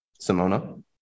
Simona